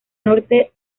norte